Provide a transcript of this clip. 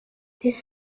this